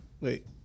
wait